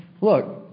look